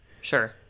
Sure